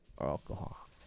Alcohol